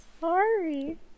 sorry